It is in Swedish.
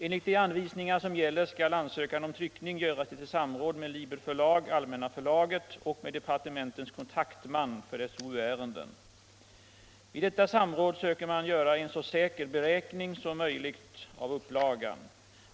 Enligt de anvisningar som gäller skall ansökan om tryckning göras efter samråd med LiberFörlag/Allmänna förlaget och med departementets kontaktman för SOU-ärenden. Vid detta samråd söker man göra en så säker beräkning av upplagan som möjligt.